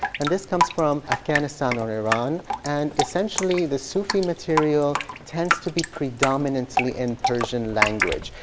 and this comes from afghanistan or iran, and essentially the sufi material tends to be predominantly in persian language.